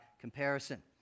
comparison